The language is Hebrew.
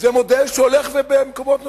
זה מודל שהולך במקומות נוספים,